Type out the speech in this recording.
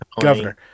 governor